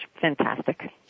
fantastic